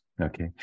Okay